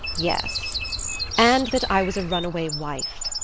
yes and that i was a runaway wife.